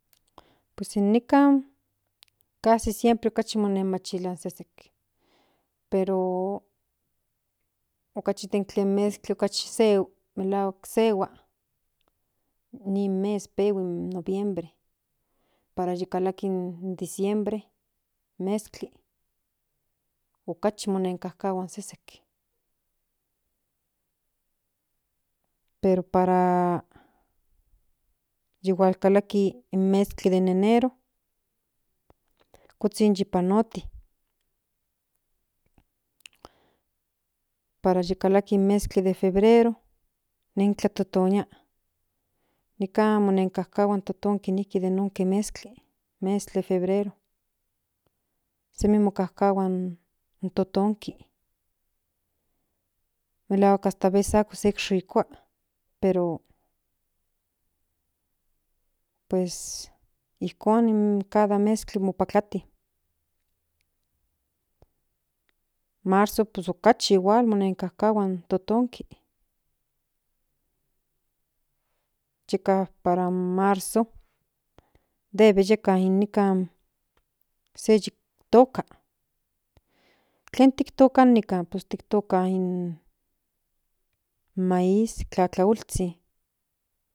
Nikan casi siempre okachi monenmachili in sesekperoe okachi den len mezkli okachi sehua melahuak sehua nin mes pehui in noviembre para yikalakis in diciembre mezkli okachi monenkajkahua in sezek pero para hualkalaki in mezkli de enero kuzhin yi panoti ñpara yikalaki in mezkli de febrero nen tletotonia nikan konankajkahua in totonki nijki den non ke mezkli mes de febrero semi mokajkahua in totonki melahak hasta aveces amo shikua pero pues ijkon cada mezkli motlapati marzo pues okachi igual monenkajkahua in totonki yeka para in marzo debe yeka inikan se yiktika tlen tiktoka nikan in maíz tlatlaolzhin